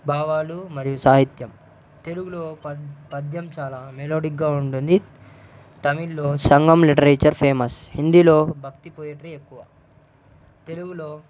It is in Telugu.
భావాలు మరియు సాహిత్యం తెలుగులో పద్ పద్యం చాలా మెలోడిక్గా ఉంటుంది తమిళ్లో సంఘం లిటరేచర్ ఫేమస్ హిందీలో భక్తి పొయట్రీ ఎక్కువ తెలుగులో